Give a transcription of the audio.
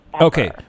okay